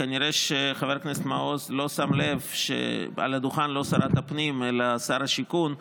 כנראה שחבר הכנסת מעוז לא שם לב שעל הדוכן לא שרת הפנים אלא שר השיכון.